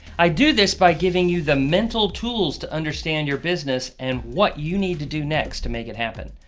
i do this by giving you the mental tools to understand your business and what you need to do next to make it happen.